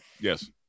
Yes